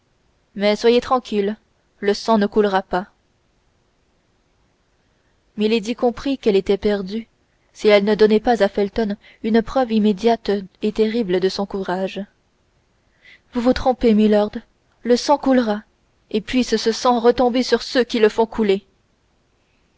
mais soyez tranquille le sang ne coulera pas milady comprit qu'elle était perdue si elle ne donnait pas à felton une preuve immédiate et terrible de son courage vous vous trompez milord le sang coulera et puisse ce sang retomber sur ceux qui le font couler